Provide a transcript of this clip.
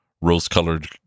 rose-colored